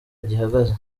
gihagaze